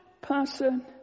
person